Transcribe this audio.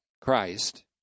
Christ